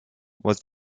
was